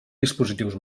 dispositius